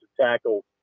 tackle